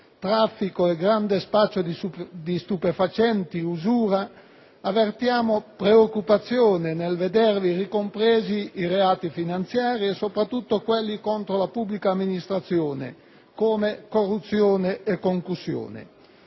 traffico e grande spaccio di stupefacenti, usura, avvertiamo preoccupazione nel vedervi ricompresi i reati finanziari e soprattutto quelli contro la pubblica amministrazione, come corruzione e concussione.